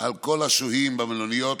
על כל השוהים במלוניות,